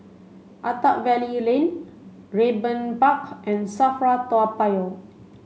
Attap Valley Lane Raeburn Park and SAFRA Toa Payoh